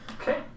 Okay